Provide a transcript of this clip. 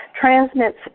transmits